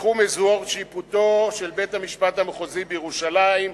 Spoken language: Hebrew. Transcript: תחום שיפוטו של בית-המשפט המחוזי בירושלים,